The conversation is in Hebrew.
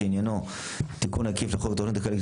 שעניינו תיקון עקיף לחוק התכנית הכלכלית,